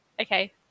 Okay